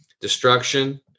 destruction